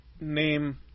name